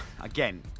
again